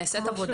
נעשית עבודה,